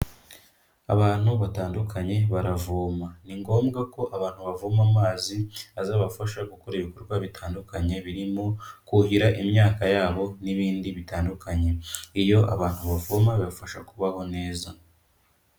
Abantu batandukanye baravoma, ni ngombwa ko abantu bavoma amazi azabafasha gukora ibikorwa bitandukanye birimo kuhira imyaka yabo n'ibindi bitandukanye, iyo abantu bavoma bibafasha kubaho neza.